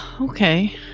okay